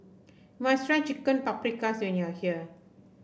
you must try Chicken Paprikas when you are here